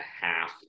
half